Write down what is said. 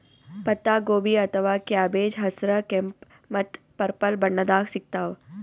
ಪತ್ತಾಗೋಬಿ ಅಥವಾ ಕ್ಯಾಬೆಜ್ ಹಸ್ರ್, ಕೆಂಪ್ ಮತ್ತ್ ಪರ್ಪಲ್ ಬಣ್ಣದಾಗ್ ಸಿಗ್ತಾವ್